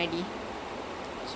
ஆமா:aamaa ya